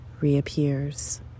reappears